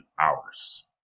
hours